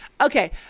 Okay